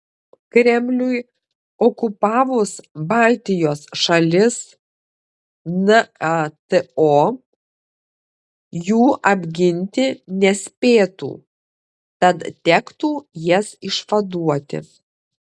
kremliui okupavus baltijos šalis nato jų apginti nespėtų tad tektų jas išvaduoti